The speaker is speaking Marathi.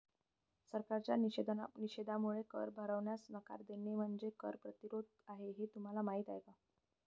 सरकारच्या निषेधामुळे कर भरण्यास नकार देणे म्हणजे कर प्रतिरोध आहे हे तुम्हाला माहीत आहे का